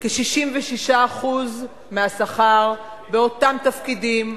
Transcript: כ-66% מהשכר, באותם תפקידים,